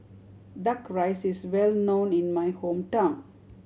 Duck Rice is well known in my hometown